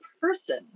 person